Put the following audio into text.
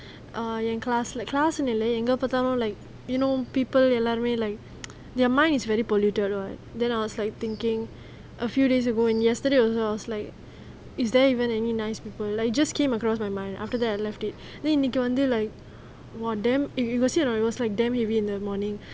err என்:en class leh class னு இல்ல எங்க பாத்தாலும்:nu illa enga paathaalum like you know people எல்லாருமே:ellarumae like their mind is really polluted then I was like thinking a few days ago in yesterday also I was like is there even any nice people like it just came across my mind after that I left it then it goes until like eh you got see or not it was like damn heavy in the morning